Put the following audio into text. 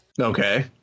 Okay